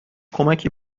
کمکی